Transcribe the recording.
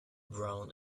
brown